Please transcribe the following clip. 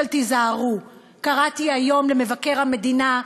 קראתי היום למבקר המדינה,